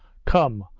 come,